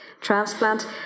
transplant